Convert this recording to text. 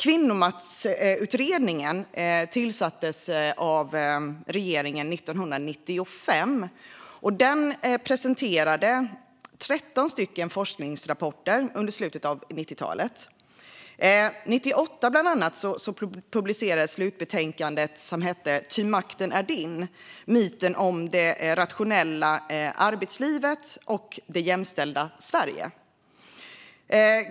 Kvinnomaktsutredningen tillsattes av regeringen 1995, och den presenterade 13 forskningsrapporter under slutet av 90-talet. År 1998 publicerades slutbetänkandet som hette Ty makten är din - myten om det ratio nella arbetslivet och det jämställda Sverige .